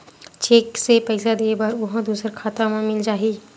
Cheque से पईसा दे बर ओहा दुसर खाता म मिल जाही?